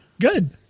Good